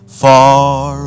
far